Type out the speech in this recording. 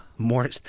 More